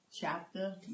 chapter